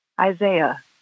Isaiah